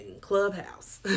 Clubhouse